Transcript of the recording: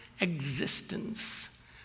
existence